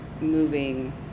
moving